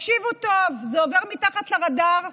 תקשיבו טוב, זה עובר מתחת לרדאר.